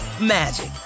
magic